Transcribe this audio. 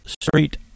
street